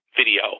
video